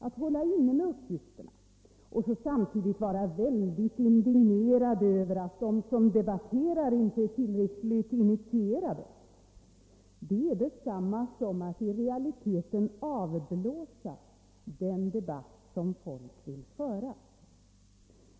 Att hålla inne med uppgifterna och på samma gång vara ytterligt indignerad över att de som debatterar inte är tillräckligt initierade är i realiteten detsamma som att avblåsa den debatt som folk vill föra.